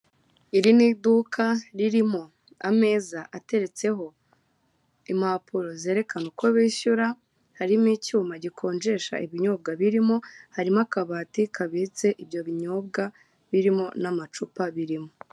Iri ni iduka ririmo ameza ateretseho impapuro zerekana uko bishyura, harimo icyuma gikonjesha ibinyobwa birimo, harimo akabati kabitse ibyo binyobea birimo n'amacupa birimo.